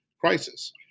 crisis